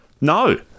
No